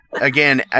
again